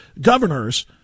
governors